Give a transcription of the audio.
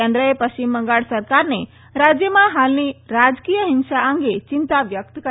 કેન્દ્રએ પશ્ચિમ બંગાળ સરકારને રાજયમાં હાલની રાજકીય હિસા અંગે ચિંતા વ્યક્ત કરી